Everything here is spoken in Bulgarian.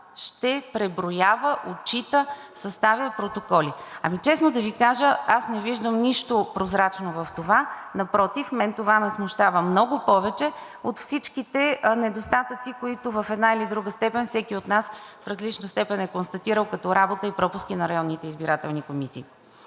ще преброява, отчита, съставя протоколи. Честно да Ви кажа, аз не виждам нищо прозрачно в това – напротив, това ме смущава много повече от всичките недостатъци, които всеки от нас в различна степен е констатирал като работа и пропуски на районните избирателни комисии.